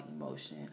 emotion